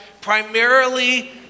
Primarily